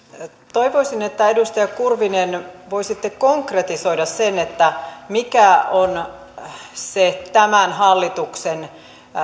toivoisin että edustaja kurvinen voisitte konkretisoida sen mikä on se tämän hallituksen